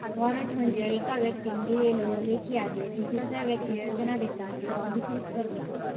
warrant म्हणजे येका व्यक्तीन दिलेलो लेखी आदेश ज्यो दुसऱ्या व्यक्तीक सूचना देता किंवा अधिकृत करता